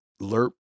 Lerp